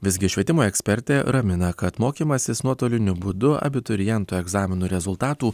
visgi švietimo ekspertė ramina kad mokymasis nuotoliniu būdu abiturientų egzaminų rezultatų